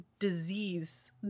disease